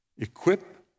equip